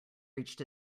reached